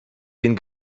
den